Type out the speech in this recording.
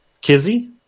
Kizzy